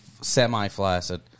semi-flaccid